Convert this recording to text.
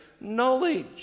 knowledge